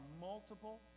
multiple